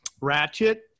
Ratchet